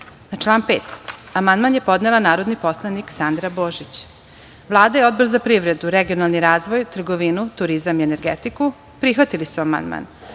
Na član 12. amandman je podnela narodni poslanik Sandra Božić. Vlada i Odbor za privredu, regionalni razvoj, trgovinu, turizam i energetiku prihvatili su amandman. Odbor